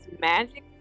magic